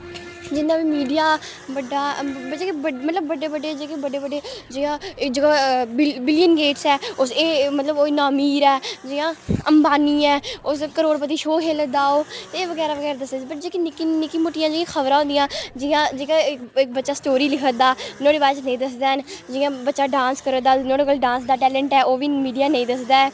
जि'न्ना बी मीडिया बड्डा बिच मतलब कि बड्डे बड्डे जेह्के बड्डे बड्डे जि'यां जि'यां बिल गेट्स ऐ उस एह् मतलब ओह् इ'न्ना अमीर ऐ जि'यां अंबानी ऐ उस करोड़पति शो खे'ल्ले दा ओह् ते एह् बगैरा बगैरा दस्से दा वट् जेह्की नि'क्की नि'क्की मुट्टियां जेह्कियां खबरां होंदियां जि'यां इक बच्चा स्टोरी लिखा दा नुहाड़े बारै च नेईं दसदे हैन जि'यां बच्चा डांस करा दा नुहाड़े कोल डांस दा टैलेंट ऐ ओह् बी मीडिया नेईं दसदा ऐ